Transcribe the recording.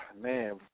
man